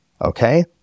okay